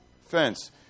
fence